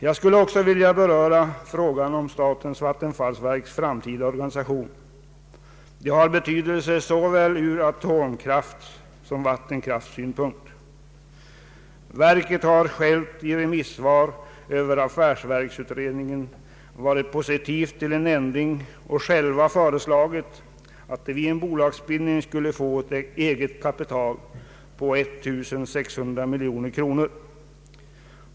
Jag skulle också vilja beröra frågan om statens vattenfallsverks framtida organisation, som har betydelse från både atomkraftsoch vattenkraftssyn Ang. avveckling av Marvikenprojektet punkt. Verket har i remissvar över affärsverksutredningen varit positivt till en ändring och föreslagit att det vid en bolagsbildning skulle få ett eget kapital på 1600 miljoner kronor.